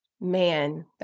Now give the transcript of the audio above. Man